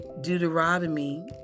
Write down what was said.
Deuteronomy